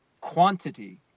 quantity